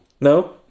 No